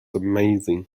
amazing